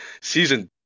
season